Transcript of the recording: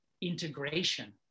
integration